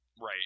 Right